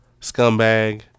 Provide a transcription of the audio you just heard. Scumbag